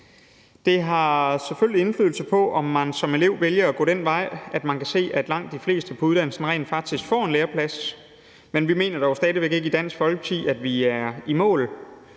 Det har selvfølgelig indflydelse på, om man som elev vælger at gå den vej, at man kan se, at langt de fleste på uddannelsen rent faktisk får en læreplads. Men vi i Dansk Folkeparti mener dog